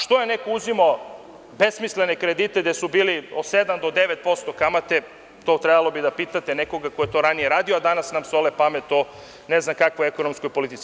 Što je neko uzimao besmislene kredite, gde je bila od 7% do 9% kamata, to bi trebalo da pitate nekoga ko je to ranije radio, a ne danas nam sole pamet o ne znam kakvoj ekonomskoj politici.